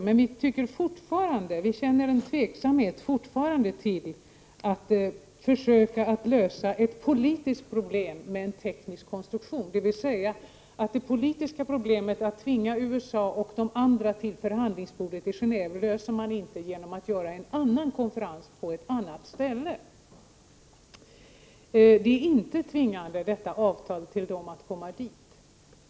Men fortfarande känner vi tveksamhet när det gäller att försöka lösa ett politiskt problem med hjälp av en teknisk konstruktion. — Det politiska problemet med att tvinga USA och de andra till förhandlingsbordet i Genéve löser man inte genom att åstadkomma en annan konferens på ett annat ställe. Avtalet är inte tvingande på så sätt att man behöver komma till en tilläggskonferens.